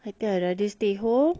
I think I rather stay home